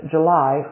July